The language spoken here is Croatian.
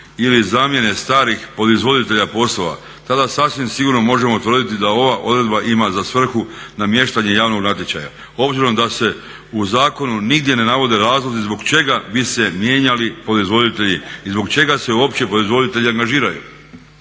ili zamjene starih podizvoditelja poslova tada sasvim sigurno možemo utvrditi da ova odredba ima za svrhu namještanje javnog natječaja, obzirom da se u Zakonu nigdje ne navode razlozi zbog čega mi se mijenjali podizvoditelji i zbog čega se uopće podizvoditelji angažiraju.